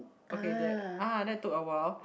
okay that !ah! that took awhile